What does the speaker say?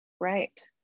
Right